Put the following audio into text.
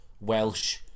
Welsh